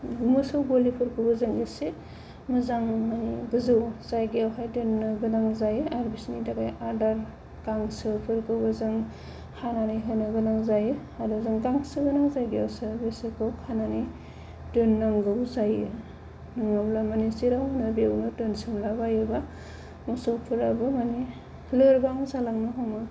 मोसौ गलिफोरखौबो जों एसे मोजां गोजौ जायगायावहाय दोननो गोनां जायो आरो बिसोरनि थाखाय आदार गांसोफोरखौबो जों हानानै होनो गोनां जायो आरो जों गांसो गोनां जायगायावसो बिसोरखौ खानानै दोननांगौ जायो नङाब्ला माने जेराव मोनो बेयावनो दोनसोमला बायोब्ला मोसौफोराबो माने लोरबां जालांनो हमो